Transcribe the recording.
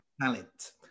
talent